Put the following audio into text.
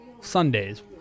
Sundays